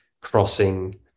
crossing